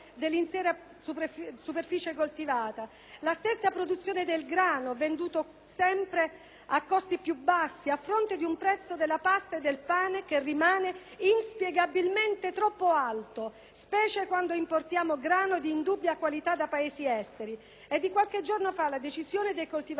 La stessa produzione del grano, venduto a costi sempre più bassi a fronte di un prezzo della pasta e del pane che rimane inspiegabilmente troppo alto, specialmente quando importiamo grano di dubbia qualità da Paesi esteri (è di qualche giorno fa la decisione dei coltivatori del Tavoliere